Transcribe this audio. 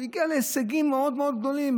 הוא הגיע להישגים מאוד מאוד גדולים.